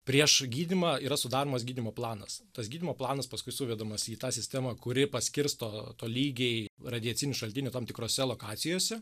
prieš gydymą yra sudaromas gydymo planas tas gydymo planas paskui suvedamas į tą sistemą kuri paskirsto tolygiai radiacinių šaltinių tam tikrose lokacijose